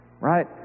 right